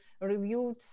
reviewed